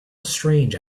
strange